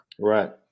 Right